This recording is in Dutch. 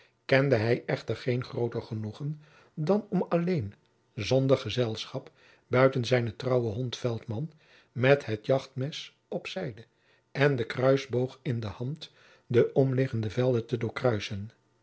kende hij echter geen grooter genoegen dan om alleen zonder gezelschap buiten zijn trouwen hond veltman met het jachtmes op zijde en den kruisboog in de hand de omliggende velden te doorkruissen